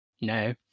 No